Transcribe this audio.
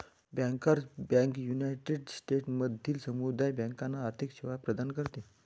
bankers bank United स्टेट्समधील समुदाय बँकांना आर्थिक सेवा प्रदान करते